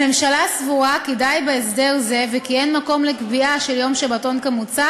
הממשלה סבורה כי די בהסדר זה וכי אין מקום לקביעה של יום שבתון כמוצע,